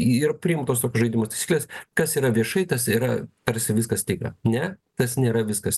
yra priimtos tokios žaidimo taisyklės kas yra viešai tas yra tarsi viskas tikra ne tas nėra viskas